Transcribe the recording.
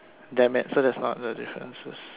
damn it so that's not the differences